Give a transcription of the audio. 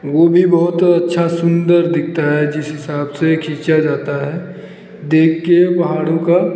वो भी बहुत अच्छा सुंदर दिखता है जिस हिसाब से खींचा जाता है देख के पहाड़ों का